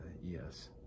yes